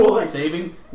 Saving